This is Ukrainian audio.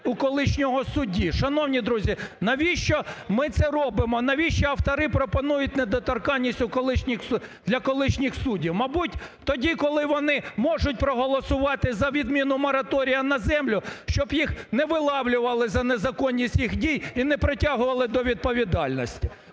у колишнього судді! Шановні друзі, навіщо ми це робимо? Навіщо автори пропонують недоторканість для колишніх суддів? Мабуть, тоді, коли вони можуть проголосувати за відміну мораторію на землю, щоб їх не виловлювали за незаконність їх дій і не притягували до відповідальності.